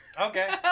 Okay